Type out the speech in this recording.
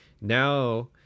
now